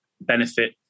benefit